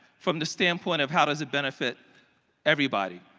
from the standpoint of how does it benefit everybody.